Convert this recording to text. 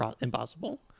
Impossible